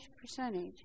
percentage